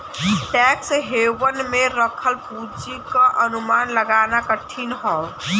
tax haven में रखल पूंजी क अनुमान लगाना कठिन हौ